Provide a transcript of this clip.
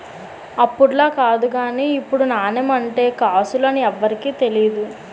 అప్పుడులా కాదు గానీ ఇప్పుడు నాణెం అంటే కాసులు అని ఎవరికీ తెలియదు